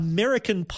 American